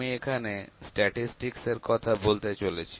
আমি এখানে স্ট্যাটিসটিকস এর কথা বলতে চলেছি